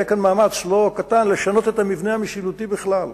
יהיה כאן מאמץ לא קטן לשנות את המבנה המשילותי בכלל,